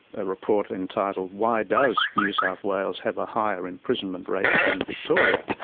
a report entitled why does new south wales have a higher imprisonment rate than victoria?